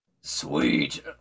Sweet